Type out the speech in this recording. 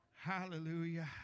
Hallelujah